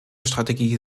strategie